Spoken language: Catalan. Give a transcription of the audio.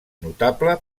notable